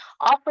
offer